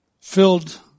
filled